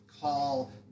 call